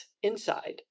inside